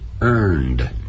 earned